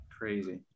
Crazy